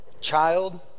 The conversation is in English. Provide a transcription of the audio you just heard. child